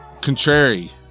contrary